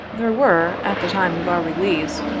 there were, at the time of our release,